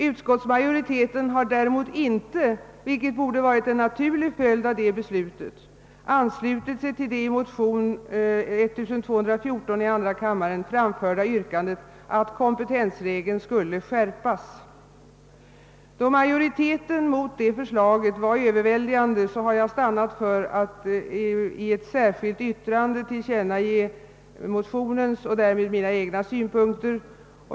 Utskottsmajoriteten har däremot inte, vilket borde ha varit en naturlig följd av detta beslut, anslutit sig till det i motion II: 1214 framförda yrkandet att kompetensregeln skulle skärpas. Då majoritetens ställningstagande mot detta yrkande var överväldigande har jag stannat för att i ett särskilt yttrande tillkännage motionens och därmed mina egna synpunkter.